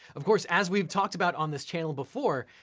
of course, as we've talked about on this channel before,